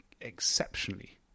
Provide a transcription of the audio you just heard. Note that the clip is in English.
exceptionally